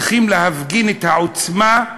צריכים להפגין את העוצמה,